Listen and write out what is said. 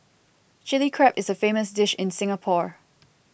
Chilli Crab is a famous dish in Singapore